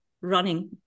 running